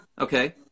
Okay